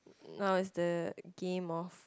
no is the game of